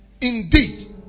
indeed